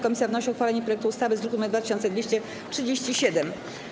Komisja wnosi o uchwalenie projektu ustawy z druku nr 2237.